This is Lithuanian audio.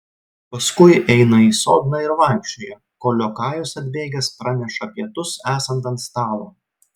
paskui eina į sodną ir vaikščioja kol liokajus atbėgęs praneša pietus esant ant stalo